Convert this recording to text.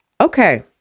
okay